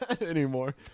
anymore